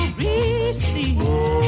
receive